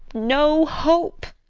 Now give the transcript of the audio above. no hope.